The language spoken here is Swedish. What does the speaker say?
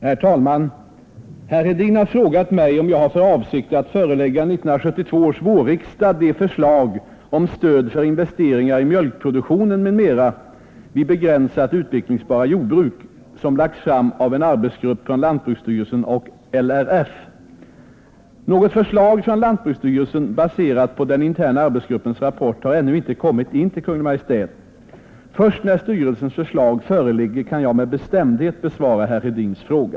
Herr talman! Herr Hedin har frågat mig om jag har för avsikt att förelägga 1972 års vårriksdag de förslag om stöd för investeringar i mjölkproduktion m.m. vid begränsat utvecklingsbara jordbruk, som lagts fram av en arbetsgrupp från lantbruksstyrelsen och LRF. Något förslag från lantbruksstyrelsen, baserat på den interna arbetsgruppens rapport, har ännu inte kommit in till Kungl. Maj:t. Först när styrelsens förslag föreligger kan jag med bestämdhet besvara herr Hedins fråga.